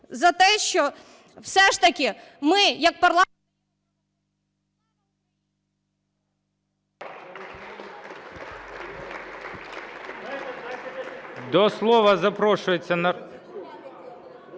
за те, що все ж таки ми як парламент...